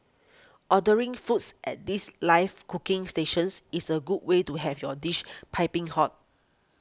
ordering foods at these live cooking stations is a good way to have your dishes piping hot